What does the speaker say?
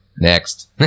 next